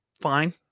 fine